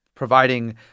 providing